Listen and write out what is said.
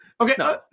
Okay